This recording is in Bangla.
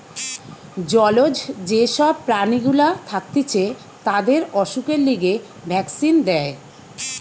জলজ যে সব প্রাণী গুলা থাকতিছে তাদের অসুখের লিগে ভ্যাক্সিন দেয়